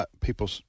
people